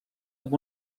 amb